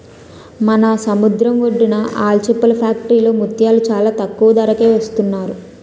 మన సముద్రం ఒడ్డున ఆల్చిప్పల ఫ్యాక్టరీలో ముత్యాలు చాలా తక్కువ ధరకే ఇస్తున్నారు